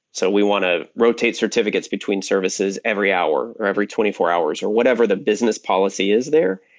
so we want to rotate certificates between services every hour or every twenty four hours, or whatever the business policy is there,